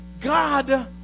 God